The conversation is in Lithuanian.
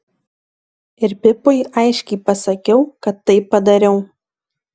ir pipui aiškiai pasakiau kad taip padariau